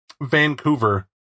Vancouver